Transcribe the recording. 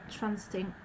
transiting